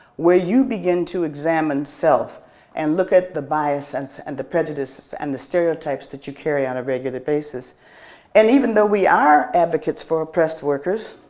where you begin to examine self and look at the biases and the prejudices and the stereotypes that you carry on a regular basis and even though we are advocates for oppressed workers,